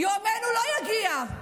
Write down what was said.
יומנו לא יגיע.